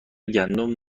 گندم